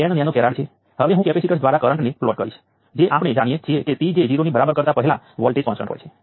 તેથી ફરીથી હું ઔપચારિક રીતે કરંટોને વ્યાખ્યાયિત કરીશ જ્યારે તમે આ લગભગ આપોઆપ V1 I1 V2 I2 અને V3 I3 કરી શકો છો